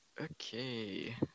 Okay